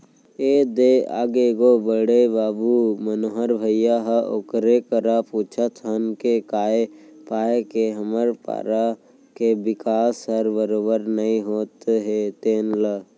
ए दे आगे गो बड़े बाबू मनोहर भइया ह ओकरे करा पूछत हन के काय पाय के हमर पारा के बिकास हर बरोबर नइ होत हे तेन ल